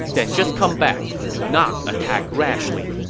then just come back. do not attack rashly.